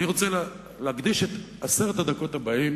אני רוצה להקדיש את עשר הדקות הבאות